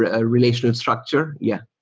ah ah relational structure yeah